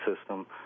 system